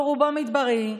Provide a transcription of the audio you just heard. שרובו מדברי,